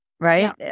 right